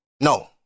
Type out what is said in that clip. No